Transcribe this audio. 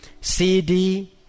CD